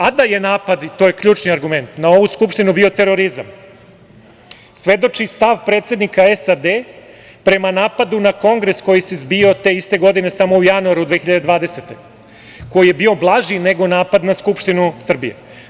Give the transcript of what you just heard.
A da je napad i to je ključni argument na ovu Skupštinu bio terorizam svedoči stav predsednika SAD prema napadu na Kongres koji se zbio te iste godine samo u januaru 2020. godine, koji je bio blaži nego napad na Skupštinu Srbije.